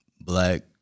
black